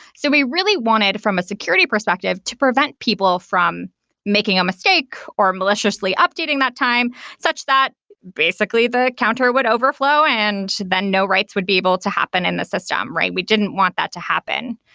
so we really wanted from a security perspective to prevent people from making a mistake or maliciously updating that time such that basically the counter would overflow and then no writes would be able to happen in the system, right? we didn't want that to happen.